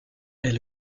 est